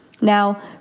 Now